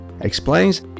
explains